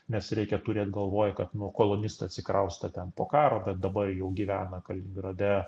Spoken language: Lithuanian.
nes reikia turėt galvoj kad nu kolonistai atsikrausto ten po karo bet dabar jau gyvena kaliningrade